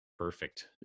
perfect